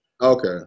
Okay